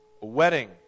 Wedding